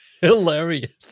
hilarious